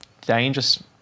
dangerous